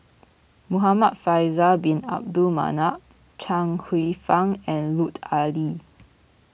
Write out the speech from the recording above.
Muhamad Faisal Bin Abdul Manap Chuang Hsueh Fang and Lut Ali